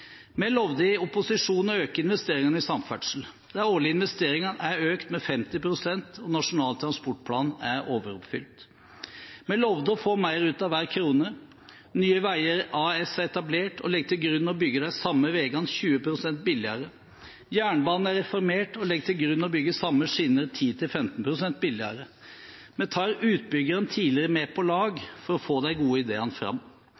lovte i opposisjon å øke investeringene i samferdsel. De årlige investeringene er økt med 50 pst., og Nasjonal transportplan er overoppfylt. Vi lovte å få mer ut av hver krone. Nye Veier AS er etablert og legger til grunn å bygge de samme veiene 20 pst. billigere. Jernbanen er reformert, og det er lagt til grunn å bygge samme skinner 10–15 pst. billigere. Vi tar utbyggerne tidligere med på laget for å få de gode ideene fram.